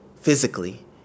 physically